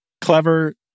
clever